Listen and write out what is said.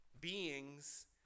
beings